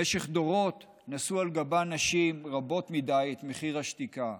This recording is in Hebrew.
במשך דורות נשאו על גבן נשים רבות מדי את מחיר השתיקה,